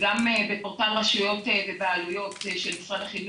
גם בפורטל רשויות ובעלויות של משרד החינוך,